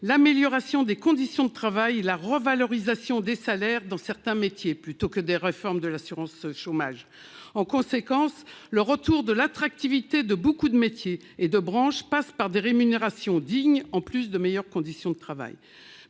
l'amélioration des conditions de travail et/ou la revalorisation des salaires dans certains métiers ». En conséquence, le retour de l'attractivité de beaucoup de métiers et de branches passe par des rémunérations dignes et de meilleures conditions de travail,